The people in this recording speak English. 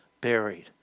buried